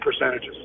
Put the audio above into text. percentages